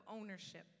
ownership